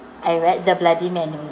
I read the bloody manual